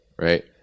right